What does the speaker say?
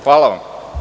Hvala vam.